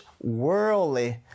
worldly